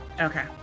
Okay